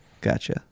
Gotcha